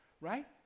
Right